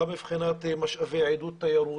גם מבחינת משאבי עידוד תיירות.